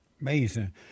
Amazing